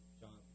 John